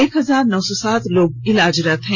एक हजार नौ सौ सात लोग इलाजरत हैं